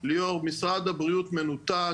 15 ביוני 2022. על סדר היום: תמונת מצב